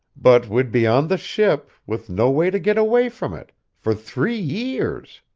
but we'd be on the ship, with no way to get away from it. for three years.